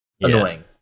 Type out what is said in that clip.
Annoying